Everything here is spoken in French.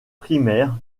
primaires